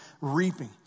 reaping